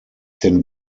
denn